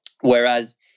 Whereas